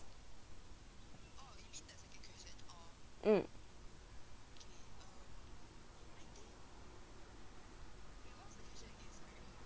mm